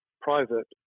private